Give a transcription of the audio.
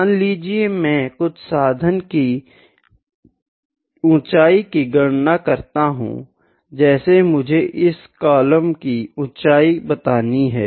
मान लिजिये मैं कुछ साधन की ऊंचाई की गणना करते हूँ जैसे मुझे इस कलम की ऊंचाई बतानी है